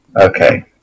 Okay